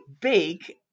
big